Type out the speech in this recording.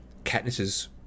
Katniss's